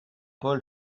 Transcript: paul